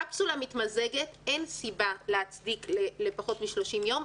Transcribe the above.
קפסולה מתמזגת אין סיבה לפחות מ-30 יום.